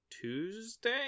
tuesday